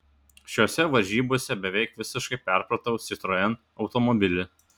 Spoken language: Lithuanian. šiose varžybose beveik visiškai perpratau citroen automobilį